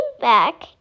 back